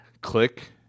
click